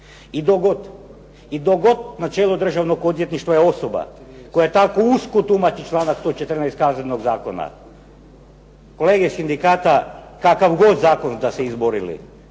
I dok god na čelu Državnog odvjetništva je osoba koja tako usko tumači članak 114. Kaznenog zakona, kolege iz sindikata kakav god zakon da ste izborili